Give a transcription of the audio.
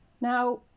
Now